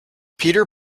peter